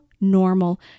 normal